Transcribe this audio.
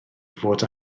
fod